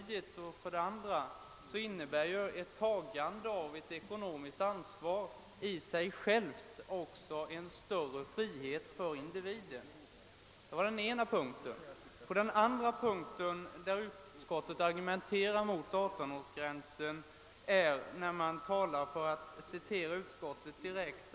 Dessutom innebär ju ett tagande av ekonomiskt ansvar i sig självt en större frihet för individen. Den andra punkten på vilken utskottet argumenterar mot 18-årsgränsen gäller rättslikheten inom de nordiska länderna.